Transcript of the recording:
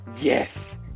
yes